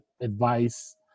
Advice